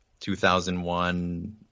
2001